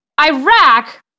Iraq